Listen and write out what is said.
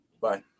Bye